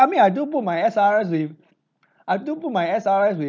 for me I do put my S_R_S with I do put my S_R_S with